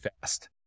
fast